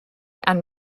and